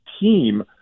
team